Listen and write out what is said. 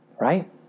right